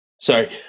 Sorry